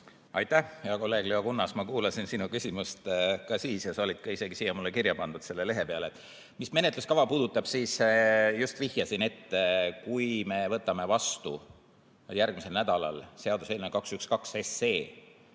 Aitäh, hea kolleeg Leo Kunnas! Ma kuulasin sinu küsimust ka siis ja see on mul isegi siia kirja pandud, selle lehe peale. Mis menetluskava puudutab, siis just vihjasin, et kui me võtame vastu järgmisel nädalal seaduseelnõu 212,